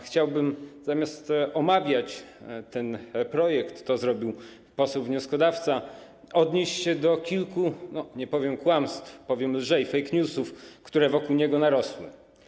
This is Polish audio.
Chciałbym, zamiast omawiać ten projekt - to zrobił poseł wnioskodawca - odnieść się do kilku, nie powiem: kłamstw, powiem lżej: fake newsów, które wokół niego narosły.